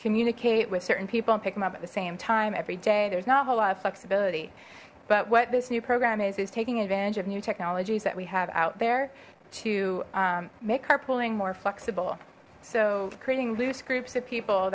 communicate with certain people and pick them up at the same time every day there's not a whole lot of flexibility but what this new program is is taking advantage of new technologies that we have out there to make carpooling more flexible so creating loose groups of people